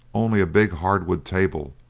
only a big hardwood table,